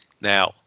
Now